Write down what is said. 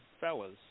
fellas